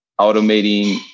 automating